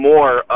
More